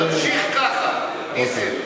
תמשיך כך, נסים.